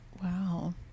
Wow